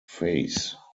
face